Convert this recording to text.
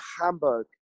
Hamburg